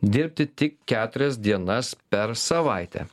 dirbti tik keturias dienas per savaitę